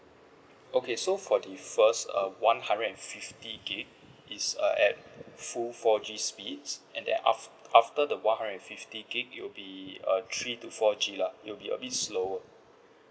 okay so for the first uh one hundred and fifty gig is uh at full four G speeds and then af~ after the one hundred and fifty gig it will be uh three to four G lah it will be a bit slower